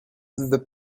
the